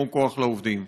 כמו כוח לעובדים.